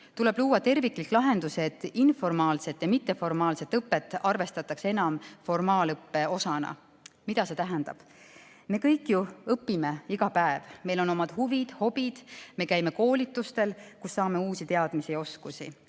tuleb luua terviklik lahendus, et informaalset ja mitteformaalset õpet arvestataks enam formaalõppe osana. Mida see tähendab? Me kõik ju õpime iga päev, meil on omad huvid-hobid, me käime koolitustel, kus saame uusi teadmisi ja oskusi.